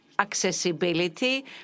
accessibility